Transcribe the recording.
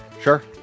Sure